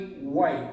white